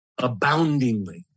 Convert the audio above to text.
aboundingly